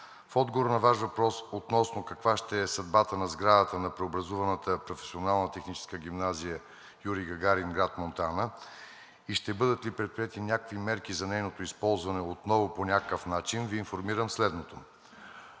отговор на Ваш въпрос относно каква ще е съдбата на сградата на преобразуваната Професионална техническа гимназия „Юрий Гагарин“ – град Монтана, и ще бъдат ли предприети някакви мерки за нейното използване отново по някакъв начин, Ви информирам следното.